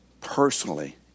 personally